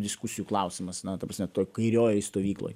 diskusijų klausimas na ta prasme kairiojoj stovykloj